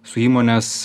su įmonės